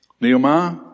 Nehemiah